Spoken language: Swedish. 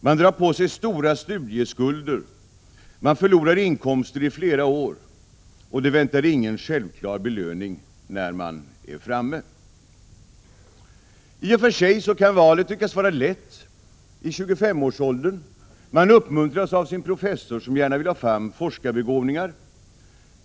Man drar på sig stora studieskulder, man förlorar inkomster i flera år, och det väntar ingen självklar belöning när man är framme vid målet. I och för sig kan valet tyckas vara lätt i 25-årsåldern. Man uppmuntras av sin professor, som gärna vill ha fram forskarbegåvningar.